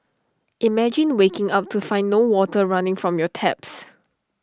imagine waking up to find no water running from your taps